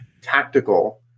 tactical